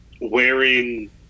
wearing